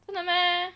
真的 meh